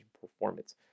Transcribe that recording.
performance